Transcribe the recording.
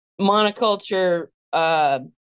monoculture